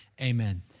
Amen